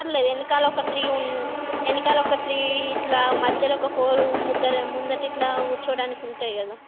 లేదు వెనకాల ఒక త్రీ వెనకాల ఒక త్రీ ఇలా మధ్యలో ఒక ఫోర్ ముద్దల ముందట ఇలా కూర్చోడానికి ఉంటాయి కదా